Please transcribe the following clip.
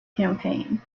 campaign